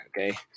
Okay